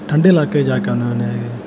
ਠੰਡੇ ਇਲਾਕੇ 'ਚ ਜਾ ਕੇ ਆਉਂਦੇ ਹੁੰਦੇ ਹੈਗੇ